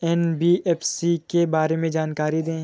NBFC के बारे में जानकारी दें?